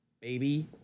baby